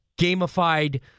gamified